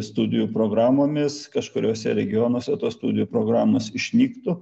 studijų programomis kažkuriose regionuose tos studijų programos išnyktų